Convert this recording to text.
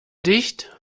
dicht